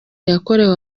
yakorewe